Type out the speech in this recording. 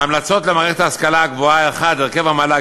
ההמלצות למערכת ההשכלה הגבוהה: 1. הרכב המל"ג,